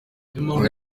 yagize